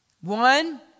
One